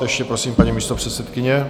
Ještě prosím, paní místopředsedkyně.